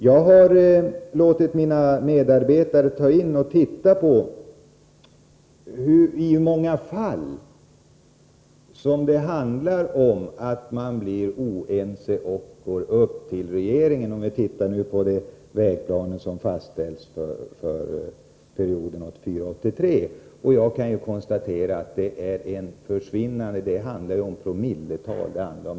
Jag har låtit mina medarbetare studera i hur många fall man har blivit oense och gått till regeringen när det gäller de vägplaner som fastställts för perioden 1983-1984. Jag kan konstatera att det är en försvinnande liten del. Det rör sig om några promille.